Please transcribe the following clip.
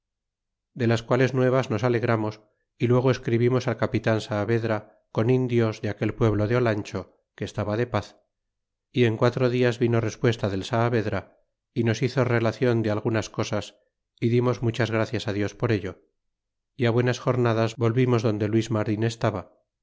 de las quales nuevas nos alegramos y luego escribimos al capitan saavedra con indios de aquel pueblo de olancho que estaba de paz y en quatro dias vino respuesta del saavedra y nos hizo relacion de algunas cosas y dimos muchas gracias dios por ello y buenas jornadas volvi